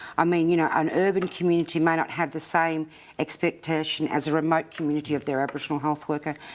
i mean, you know, an urban community may not have the same expectation as a remote community of their aboriginal health worker.